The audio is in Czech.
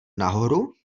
nahoru